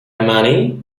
money